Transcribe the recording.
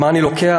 אז מה אני לוקח?